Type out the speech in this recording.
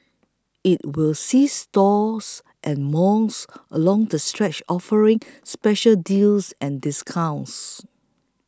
it will see stores and malls along the stretch offering special deals and discounts